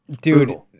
Dude